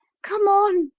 come on!